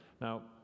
now